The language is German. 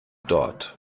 dort